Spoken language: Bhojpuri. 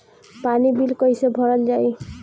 पानी बिल कइसे भरल जाई?